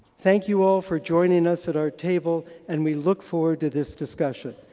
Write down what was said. thank you all for joining us at our table and we look forward to this discussion.